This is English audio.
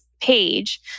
page